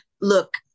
Look